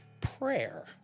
prayer